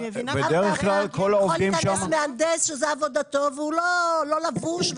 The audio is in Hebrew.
יכול להיכנס מהנדס שזו עבודתו והוא לא לבוש,